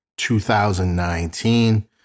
2019